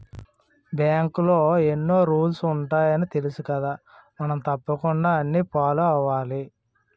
బాంకులో ఎన్నో రూల్సు ఉంటాయని తెలుసుకదా మనం తప్పకుండా అన్నీ ఫాలో అవ్వాలి